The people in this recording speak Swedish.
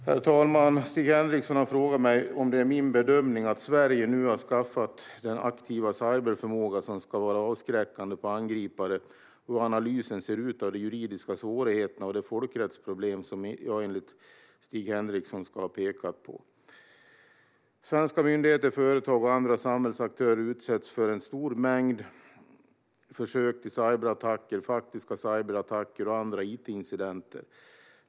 Herr talman! Stig Henriksson har frågat mig om det är min bedömning att Sverige nu har skaffat den aktiva cyberförmåga som ska verka avskräckande på angripare och hur analysen ser ut av de juridiska svårigheterna och de folkrättsproblem som jag enligt Stig Henriksson ska ha pekat på. Svenska myndigheter, företag och andra samhällsaktörer utsätts för en stor mängd försök till cyberattacker, faktiska cyberattacker och andra itincidenter.